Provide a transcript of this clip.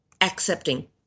accepting